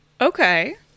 Okay